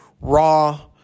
Raw